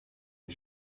les